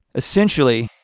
essentially,